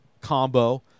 combo